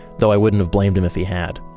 though i wouldn't have blamed him if he had.